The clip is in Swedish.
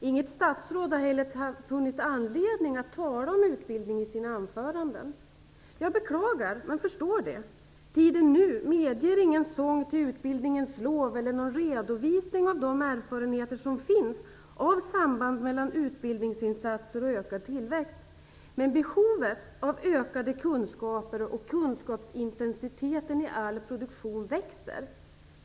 Inget statsråd har heller funnit anledning att tala om utbildning i sitt anförande. Jag beklagar men förstår det. Tiden nu medger ingen sång till utbildningens lov eller någon redovisning av de erfarenheter som finns av samband mellan utbildningsinsatser och ökad tillväxt. Men behovet av ökade kunskaper och kunskapsintensitet i all produktion växer.